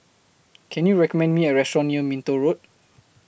Can YOU recommend Me A Restaurant near Minto Road